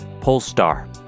Polestar